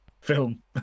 film